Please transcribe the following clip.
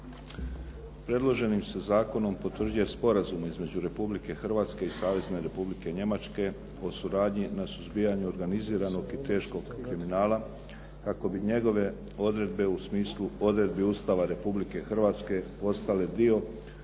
Predloženim se zakonom potvrđuje sporazum između Republike Hrvatske i Savezne Republike Njemačke o suradnji na suzbijanju organiziranog i teškog kriminala kako bi njegove odredbe u smislu odredbi Ustava Republike Hrvatske postale dio